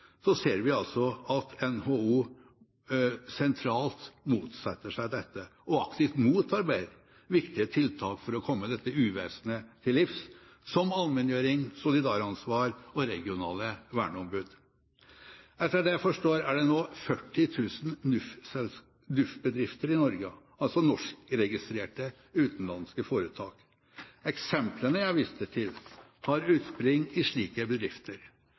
ser vi altså at NHO sentralt motsetter seg dette og aktivt motarbeider viktige tiltak for å komme dette uvesenet til livs – som allmenngjøring, solidaransvar og regionale verneombud. Etter det jeg forstår, er det nå 40 000 NUF-bedrifter i Norge, altså norskregistrerte utenlandske foretak. Eksemplene jeg viste til, har utspring i slike bedrifter.